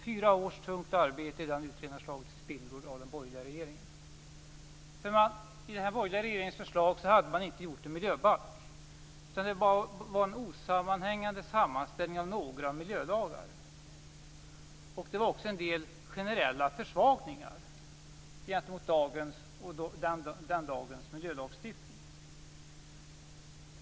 Fyra års tungt arbete i utredningen hade slagits i spillror av den borgerliga regeringen. I den borgerliga regeringens förslag hade man inte gjort en miljöbalk. Det var en osammanhängande sammanställning av några miljölagar. Det var också en del generella försvagningar gentemot den tidens miljölagstiftning.